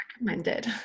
recommended